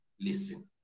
listen